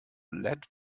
lead